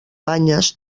banyes